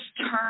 turn